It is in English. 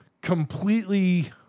completely